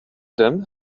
them